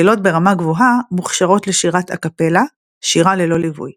מקהלות ברמה גבוהה מוכשרות לשירת א-קפלה – שירה ללא ליווי.